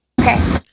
okay